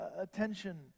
attention